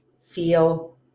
feel